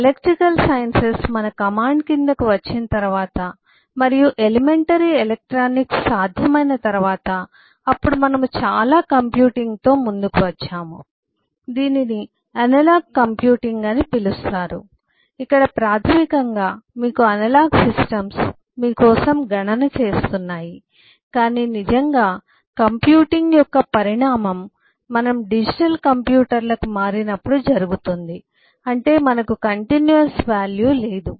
electrical sciences మన command కిందకి వచ్చిన తరువాత మరియు ఎలిమెంటరీ ఎలక్ట్రానిక్స్ సాధ్యమయిన తరువాత అప్పుడు మనము చాలా కంప్యూటింగ్తో ముందుకు వచ్చాము దీనిని అనలాగ్ కంప్యూటింగ్ అని పిలుస్తారు ఇక్కడ ప్రాథమికంగా మీకు అనలాగ్ సిస్టమ్స్ మీ కోసం గణన చేస్తున్నాయి కాని నిజంగా కంప్యూటింగ్ యొక్క పరిణామం మనం డిజిటల్ కంప్యూటర్లకు మారినప్పుడు జరుగుతుంది అంటే మనకు కంటిన్యూస్ వాల్యూ లేదు